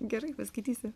gerai paskaitysim